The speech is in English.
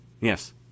Yes